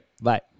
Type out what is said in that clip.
Bye